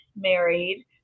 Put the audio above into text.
married